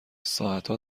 ساعتها